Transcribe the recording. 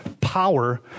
Power